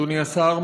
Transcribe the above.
אדוני השר,